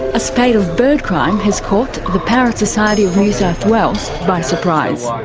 a spate of bird crime has caught the parrot society of new south wales by surprise.